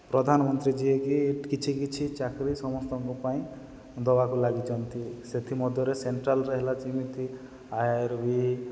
ପ୍ରଧାନମନ୍ତ୍ରୀ ଯିଏକି କିଛି କିଛି ଚାକିରିୀ ସମସ୍ତଙ୍କ ପାଇଁ ଦେବାକୁ ଲାଗିଛନ୍ତି ସେଥିମଧ୍ୟରେ ସେଣ୍ଟ୍ରାଲ୍ରେ ହେଲା ଯେମିତି ଆଇ ଆର୍ ବି